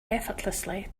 effortlessly